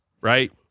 right